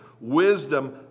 Wisdom